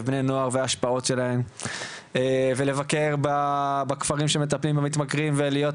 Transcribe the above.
בני נוער וההשפעות שלהם ולבקר בכפרים שמטפלים במתמכרים ולהיות